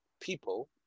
people